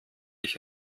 ich